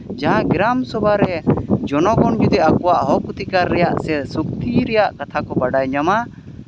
ᱡᱟᱦᱟᱸ ᱜᱨᱟᱢ ᱥᱚᱵᱷᱟ ᱨᱮ ᱡᱚᱱᱚᱜᱚᱱ ᱡᱩᱫᱤ ᱟᱠᱚᱣᱟᱜ ᱦᱚᱸᱠ ᱚᱫᱷᱤᱠᱟᱨ ᱨᱮᱭᱟᱜ ᱥᱮ ᱥᱚᱠᱛᱤ ᱨᱮᱭᱟᱜ ᱠᱟᱛᱷᱟ ᱠᱚ ᱵᱟᱰᱟᱭ ᱧᱟᱢᱼᱟ